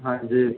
हाँ जी